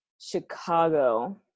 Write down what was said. chicago